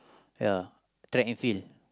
ya technically